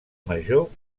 major